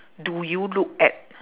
do you look at